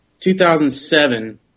2007